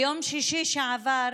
ביום שישי שעבר